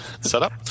setup